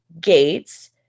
gates